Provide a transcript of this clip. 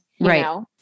Right